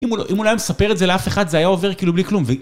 אם הוא לא היה מספר את זה לאף אחד זה היה עובר כאילו בלי כלום